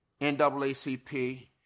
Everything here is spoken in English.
NAACP